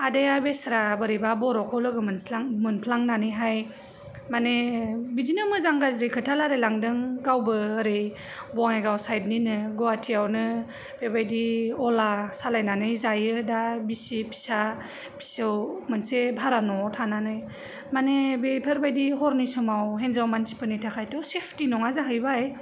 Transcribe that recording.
आदाया बेसारा बोरैबा बर'खौ लोगो मोनफ्लांनानैहाय माने बिदिनो मोजां गाज्रि खोथा रालायलांदों गावबो ओरै बंङाइगाव साइडनिनो गुहाथिआवनो बेबायदि अला सालायनानै जायो दा बिसि फिसा फिसौ मोनसे भारा न'आव थानानै माने बेफोरबायदि हरनि समाव हिन्जाव मानसिफोरनि थाखायथ' सेफटि नङा जाहैबाय